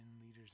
leaders